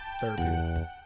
Third